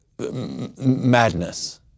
madness